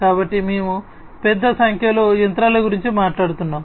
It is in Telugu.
కాబట్టి మేము పెద్ద సంఖ్యలో యంత్రాల గురించి మాట్లాడుతున్నాము